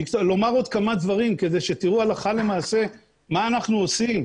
לומר עוד כמה דברים כדי שתראו הלכה למעשה מה אנחנו עושים.